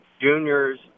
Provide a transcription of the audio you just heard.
juniors